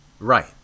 right